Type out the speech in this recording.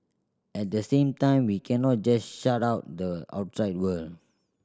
at the same time we cannot just shut out the outside world